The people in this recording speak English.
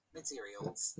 materials